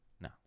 No